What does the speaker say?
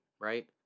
Right